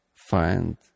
find